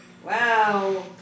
Wow